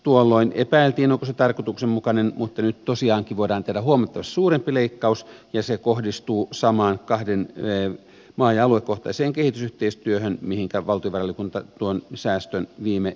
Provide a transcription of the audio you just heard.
tuolloin epäiltiin onko se tarkoituksenmukainen mutta nyt tosiaankin voidaan tehdä huomattavasti suurempi leikkaus ja se kohdistuu samaan maa ja aluekohtaiseen kehitysyhteistyöhön mihinkä valtiovarainvaliokunta tuon säästön viime joulukuussa kohdisti